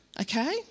Okay